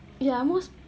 ya because